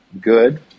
good